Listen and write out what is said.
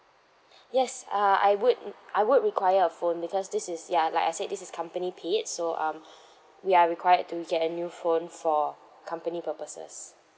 yes uh I would I would require a phone because this is ya like I said this is company paid so um we are required to get a new phone for company purposes